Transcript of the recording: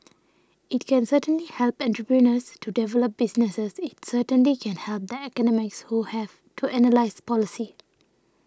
it can certainly help entrepreneurs to develop businesses it certainly can help that academics who have to analyse policy